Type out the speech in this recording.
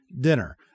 dinner